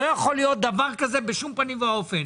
לא יכול להיות דבר כזה בשום פנים ואופן.